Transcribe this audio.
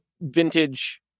vintage